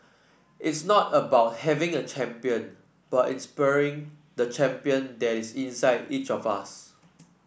it's not about having a champion but inspiring the champion that is inside each of us